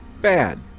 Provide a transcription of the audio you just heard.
Bad